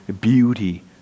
beauty